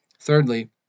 Thirdly